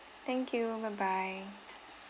thank you bye bye